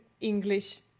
English